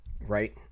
right